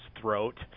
throat